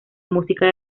música